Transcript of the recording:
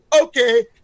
okay